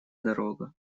дорога